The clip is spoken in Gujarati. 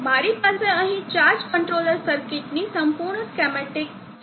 મારી પાસે અહીં ચાર્જ કંટ્રોલર સર્કિટની સંપૂર્ણ સર્કિટ સ્કેમેટીક છે